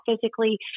physically